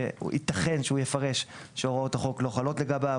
ייתכן שהוא ייפרש כי הוראות החוק לא חלות לגביו,